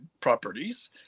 properties